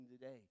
today